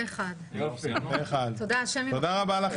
תודה רבה,